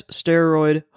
steroid